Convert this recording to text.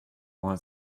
want